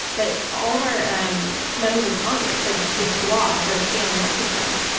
but all of our um members of congress, like the squad that are standing up to trump,